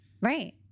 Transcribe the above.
right